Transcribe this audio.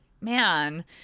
man